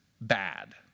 bad